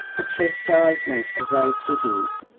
the chastisement of those cities,